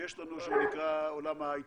שיש לנו שנקרא עולם ההייטק.